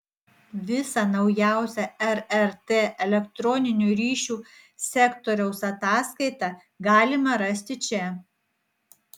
visą naujausią rrt elektroninių ryšių sektoriaus ataskaitą galima rasti čia